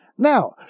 Now